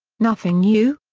nothing new?